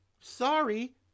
Sorry